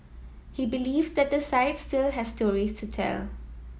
he believes that the site still has stories to tell